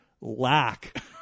lack